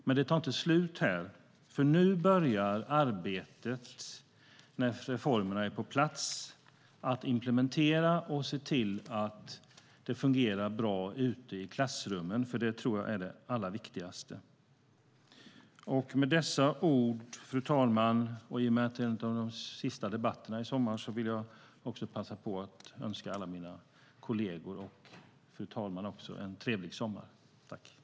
Men det tar inte slut här, för när reformerna nu är på plats börjar arbetet med att implementera dem och se till att det fungerar bra ute i klassrummen. Det tror jag är det allra viktigaste. Med dessa ord, fru talman, och i och med att det är en av de sista debatterna i sommar vill jag passa på att önska alla mina kolleger och fru talmannen en trevlig sommar. I detta anförande instämde Jenny Petersson och Annika Eclund .